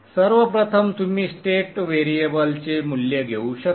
सर्व प्रथम तुम्ही स्टेट व्हेरिएबल्सचे मूल्य घेऊ शकता